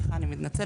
סליחה, אני מתנצלת.